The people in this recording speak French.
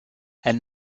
elle